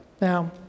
Now